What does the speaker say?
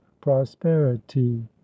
prosperity